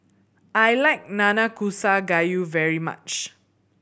I like Nanakusa Gayu very much